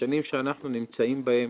בשנים שאנחנו נמצאים בהן,